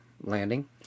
landing